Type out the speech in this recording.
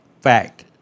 fact